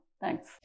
Thanks